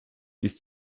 ist